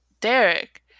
Derek